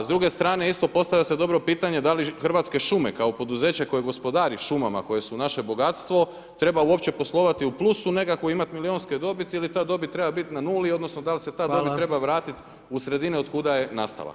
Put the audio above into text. S druge strane postavlja se dobro pitanje da li Hrvatske šume kao poduzeće koje gospodari šumama koje su naše bogatstvo treba uopće poslovati u plusu, nekako imati milijunske dobiti ili ta dobit treba biti na nuli, odnosno dal se ta dobit treba vratiti u sredinu od kuda je nastala.